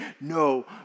no